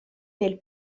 nel